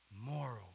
moral